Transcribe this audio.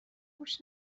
گوش